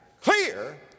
clear